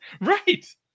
Right